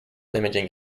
imaging